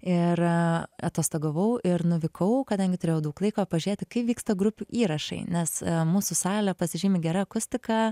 ir atostogavau ir nuvykau kadangi turėjau daug laiko pažėti kaip vyksta grupių įrašai nes mūsų salė pasižymi gera akustika